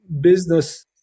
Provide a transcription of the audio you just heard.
business